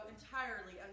entirely